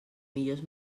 millors